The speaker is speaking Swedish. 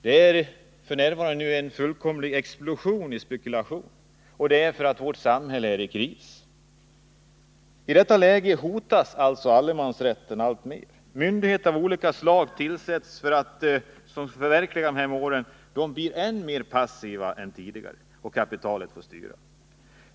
Det pågår f. n. en fullkomlig explosion i spekulation, och det beror på att vårt samhälle är i kris. I detta läge hotas allemansrätten alltmer. Myndigheter av olika slag, som tillsatts för att förverkliga målen, blir än mera passiva än tidigare, och kapitalet får styra.